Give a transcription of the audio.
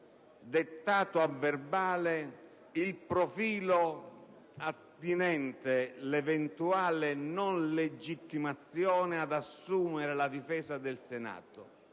dettato a verbale il profilo attinente l'eventuale non legittimazione ad assumere la difesa del Senato.